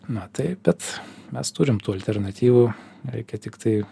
na tai bet mes turim tų alternatyvų reikia tiktai